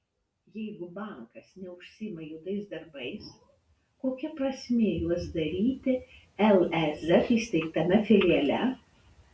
jeigu bankas neužsiima juodais darbais kokia prasmė juos daryti lez įsteigtame filiale